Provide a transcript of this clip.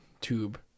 tube